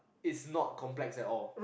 it's not complex at all